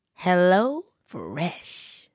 HelloFresh